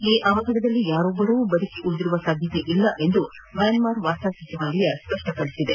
ಈ ಅವಘಡದಲ್ಲಿ ಯಾರೊಬ್ಬರು ಬದುಕಿ ಉಳಿದಿರುವ ಸಾಧ್ಯತೆ ಇಲ್ಲ ಎಂದು ಮ್ಯಾನ್ಮಾರ್ನ ವಾರ್ತಾ ಸಚಿವಾಲಯ ಖಚಿತಪದಿಸಿದೆ